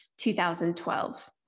2012